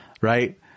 right